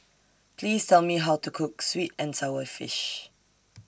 Please Tell Me How to Cook Sweet and Sour Fish